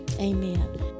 Amen